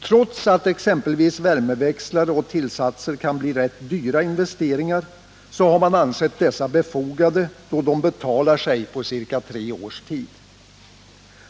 Trots att exempelvis värmeväxlare och tillsatser kan bli rätt dyra investeringar, så har man ansett dessa befogade då de betalar sig på ca tre år.